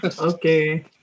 okay